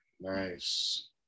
Nice